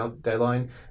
deadline